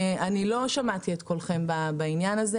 אני לא שמעתי את קולכם בעניין הזה.